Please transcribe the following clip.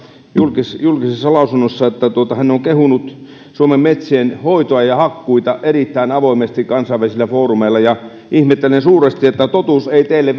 julkisessa julkisessa lausunnossaan että hän on kehunut suomen metsien hoitoa ja hakkuita erittäin avoimesti kansainvälisillä foorumeilla ja ihmettelen suuresti että totuus ei teille